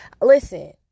listen